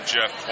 Jeff